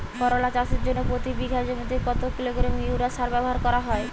করলা চাষের জন্য প্রতি বিঘা জমিতে কত কিলোগ্রাম ইউরিয়া সার ব্যবহার করা হয়?